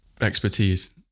expertise